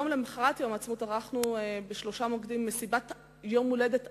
למחרת יום העצמאות ערכנו בשלושה מוקדים מסיבת יום הולדת ענקית,